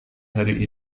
hari